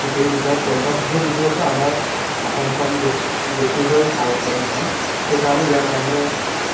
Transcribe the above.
পৃথিৱীৰ ভিতৰত প্ৰথম সেই ভিতৰতো আমাৰ অসমখন বেছি বেছিকৈ চাহ উৎপাদন হয় সেইকাৰণে ইয়াৰ মানুহে